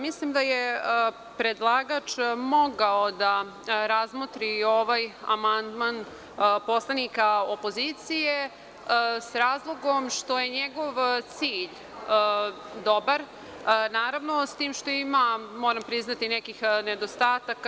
Mislim da je predlagač mogao da razmotri ovaj amandman poslanika opozicije s razlogom što je njegov cilj dobar, s tim što ima, moram priznati, nekih nedostataka.